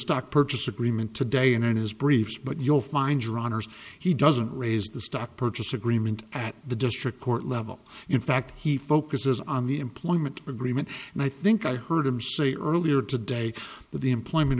stock purchase agreement today and in his briefs but you'll find your honour's he doesn't raise the stock purchase agreement at the district court level in fact he focuses on the employment agreement and i think i heard him say earlier today that the employment